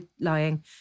lying